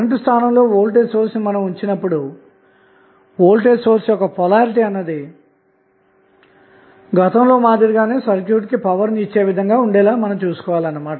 ఈ స్థితిలో పవర్ యొక్క విలువను మనం i2RL గా స్థిరీకరించి ఆ పై గరిష్టమైన పవర్ బదిలీ పరిస్థితిని కనుక్కొంటాము అన్న మాట